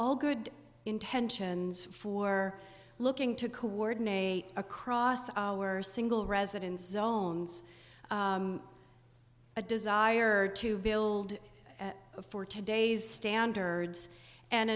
all good intentions for looking to coordinate across our single residence zones a desire to build for today's standards an